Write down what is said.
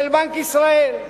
של בנק ישראל,